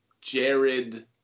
Jared